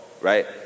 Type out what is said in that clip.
right